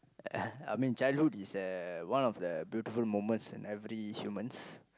I mean childhood is a one of the beautiful moments in every humans